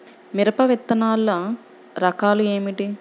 మిరప విత్తనాల రకాలు ఏమిటి?